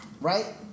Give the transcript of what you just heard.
right